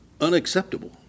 unacceptable